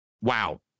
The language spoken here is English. wow